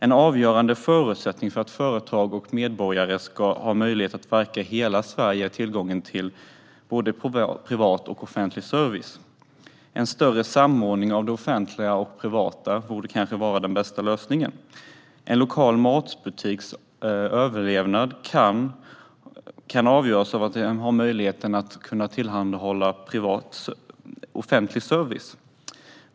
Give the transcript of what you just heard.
En avgörande förutsättning för att företag och medborgare ska ha möjlighet att verka i hela Sverige är tillgången till såväl privat som offentlig service. En större samordning av det offentliga och det privata är kanske den bästa lösningen. En lokal matbutiks överlevnad kan avgöras av att man har möjlighet att tillhandahålla offentlig service.